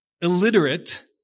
illiterate